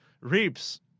reaps